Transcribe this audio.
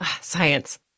Science